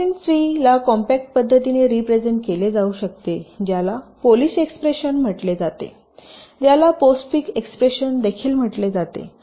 slicing tree ला compact पद्धतीने represent केले जाऊ शकते ज्याला पोलिश एक्सप्रेशन म्हटले जाते ज्याला पोस्टफिक्स एक्सप्रेशन देखील म्हटले जाते